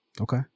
Okay